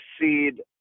seed